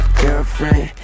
girlfriend